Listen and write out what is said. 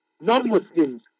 non-Muslims